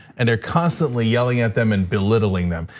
and they're constantly yelling at them and belittling them.